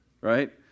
right